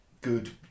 good